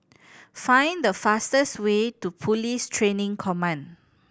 find the fastest way to Police Training Command